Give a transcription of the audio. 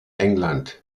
england